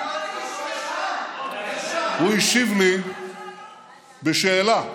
הוא השיב לי בשאלה,